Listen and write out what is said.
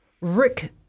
Rick